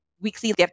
weekly